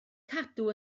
cadw